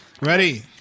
Ready